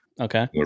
Okay